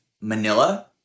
Manila